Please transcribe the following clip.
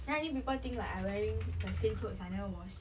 then I think people think like I wearing the same clothes I never wash